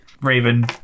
Raven